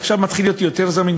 עכשיו הוא מתחיל להיות יותר זמין,